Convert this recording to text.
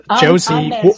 Josie